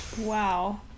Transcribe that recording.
Wow